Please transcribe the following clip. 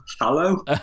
hello